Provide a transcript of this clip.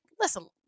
listen